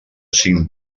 cinc